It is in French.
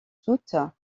toutes